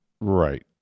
right